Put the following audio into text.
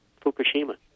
Fukushima